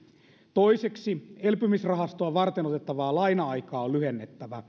toiseksi elpymisrahastoa varten otettavaa laina aikaa on lyhennettävä